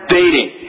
dating